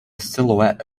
silhouette